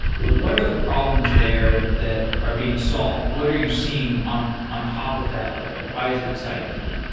what are the problems there that are being solved? what are you seeing on on top of that layer? why is it exciting to you?